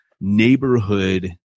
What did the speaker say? neighborhood